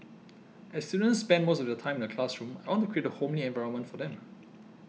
as students spend most of their time in the classroom I want to create a homely environment for them